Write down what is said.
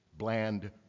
bland